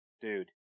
Dude